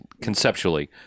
conceptually